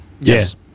Yes